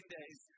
days